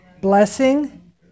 blessing